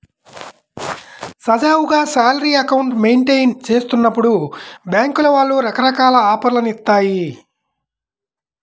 సజావుగా salary account maintain చేస్తున్నప్పుడు బ్యేంకుల వాళ్ళు రకరకాల ఆఫర్లను ఇత్తాయి